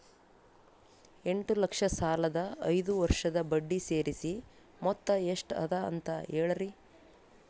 ಎಂಟ ಲಕ್ಷ ಸಾಲದ ಐದು ವರ್ಷದ ಬಡ್ಡಿ ಸೇರಿಸಿ ಮೊತ್ತ ಎಷ್ಟ ಅದ ಅಂತ ಹೇಳರಿ?